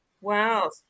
wow